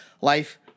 life